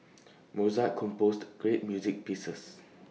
Mozart composed great music pieces